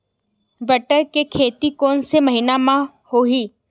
बटर के खेती कोन से महिना म होही?